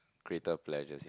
greater pleasures